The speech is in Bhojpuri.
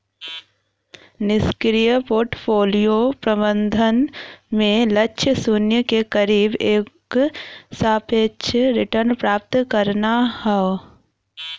निष्क्रिय पोर्टफोलियो प्रबंधन में लक्ष्य शून्य के करीब एक सापेक्ष रिटर्न प्राप्त करना हौ